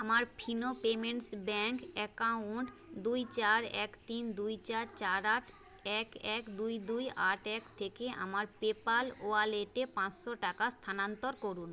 আমার Fino payments bank account দুই চার এক তিন দুই চার চার আট এক এক দুই দুই আট এক থেকে আমার পেপ্যাল ওয়ালেটে পাঁচশো টাকা স্থানান্তর করুন